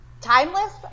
timeless